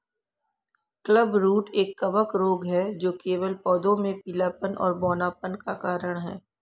clubroot एक कवक रोग है जो केवल पौधों में पीलापन और बौनापन का कारण है